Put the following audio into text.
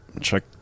check